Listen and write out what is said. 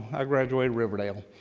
i graduated riverdale.